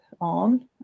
on